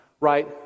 right